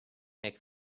make